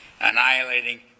Annihilating